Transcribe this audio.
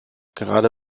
gerade